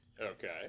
Okay